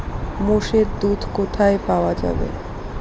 মোষের দুধ কোথায় পাওয়া যাবে?